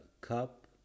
cup